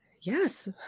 Yes